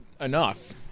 enough